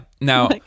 now